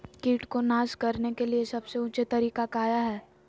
किट को नास करने के लिए सबसे ऊंचे तरीका काया है?